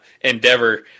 Endeavor